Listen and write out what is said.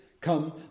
Come